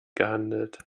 gehandelt